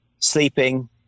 sleeping